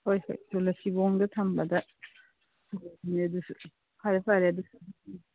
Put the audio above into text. ꯍꯣꯏ ꯍꯣꯏ ꯇꯨꯂꯁꯤꯕꯣꯡꯗ ꯊꯝꯕꯗ ꯑꯗꯨꯁꯨ ꯐꯔꯦ ꯐꯔꯦ ꯑꯗꯨꯁꯨ